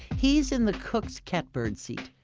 he is in the cook's catbird seat.